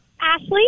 Ashley